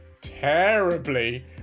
terribly